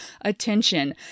attention